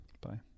Bye